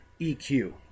EQ